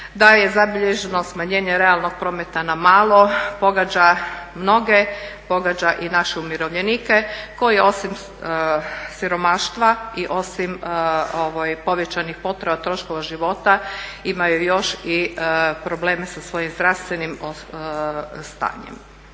da je zabilježeno smanjenje realnog prometa na malo pogađa mnoge, pogađa i naše umirovljenike koji osim siromaštva i osim povećanih potreba troškova života imaju još i problema sa svojim zdravstvenim stanjem.